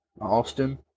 Austin